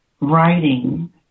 writing